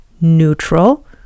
neutral